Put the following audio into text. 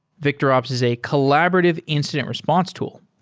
victorops is a collaborative incident response tool,